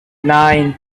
nine